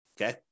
okay